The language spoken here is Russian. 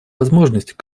возможность